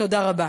תודה רבה.